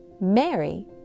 Mary